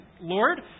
Lord